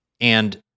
And-